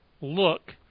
look